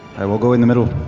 i will go in the middle.